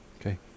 Okay